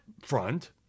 front